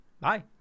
Bye